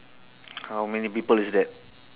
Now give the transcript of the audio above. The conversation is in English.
how many people is that